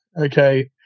Okay